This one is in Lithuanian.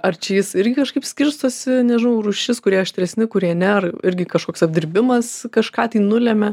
ar čia jis irgi kažkaip skirstosi nežinau rūšis kurie aštresni kurie ne ar irgi kažkoks apdirbimas kažką tai nulemia